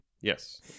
Yes